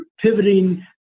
pivoting